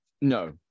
No